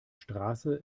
straße